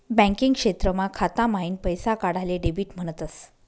banking क्षेत्रमा खाता माईन पैसा काढाले डेबिट म्हणतस